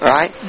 Right